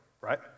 right